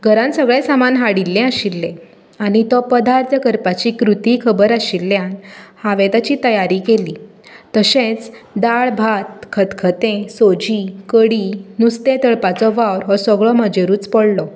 घरांत सगळें सामान हाडिल्लें आशिल्लें आनी तो पदार्थ करपाची कृतीय खबर आशिल्ल्यान हांवें तेची तयारी केली तशेंच दाळ भात खतखतें सोजी कडी नुस्तें तळपाचो वावर हो सगळो म्हजेरूच पडलो